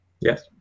Yes